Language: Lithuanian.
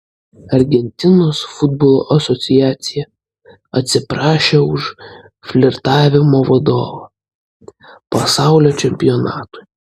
argentinos futbolo asociacija atsiprašė už flirtavimo vadovą pasaulio čempionatui